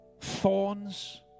thorns